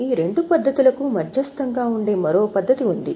ఈ రెండు పద్ధతుల మధ్యస్థంగా ఉండే మరో పద్ధతి ఉంది